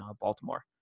Baltimore